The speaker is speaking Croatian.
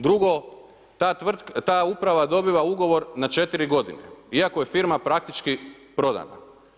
Drugo, ta uprava dobiva ugovor na 4 godine iako je firma praktički prodana.